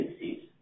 agencies